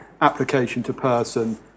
application-to-person